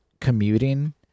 commuting